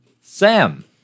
Sam